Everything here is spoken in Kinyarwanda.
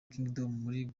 kingdom